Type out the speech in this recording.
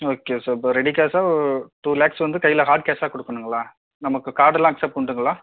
okay sir இப்போ ready காஷாக two lakhs வந்து கையில ஹாட் காஷாக கொடுக்கணுங்ளா நமக்கு கார்டுலாம் அக்சப்ட் உண்டுங்ளா